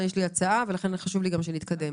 יש לי הצעה ולכן חשוב לי שנתקדם.